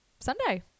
sunday